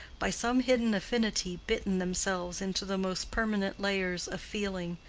by some hidden affinity, bitten themselves into the most permanent layers of feeling.